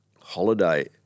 holiday